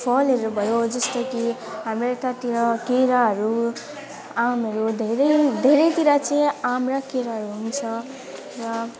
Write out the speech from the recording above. फलहरू भयो अब जस्तो कि हाम्रो यतातिर केराहरू आँपहरू धेरै धेरैतिर चाहिँ आँप र केराहरू हुन्छ र